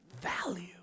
value